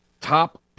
top